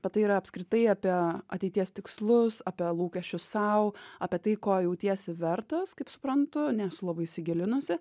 bet tai yra apskritai apie ateities tikslus apie lūkesčius sau apie tai ko jautiesi vertas kaip suprantu nesu labai įsigilinusi